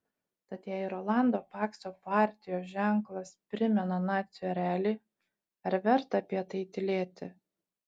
tad jei rolando pakso partijos ženklas primena nacių erelį ar verta apie tai tylėti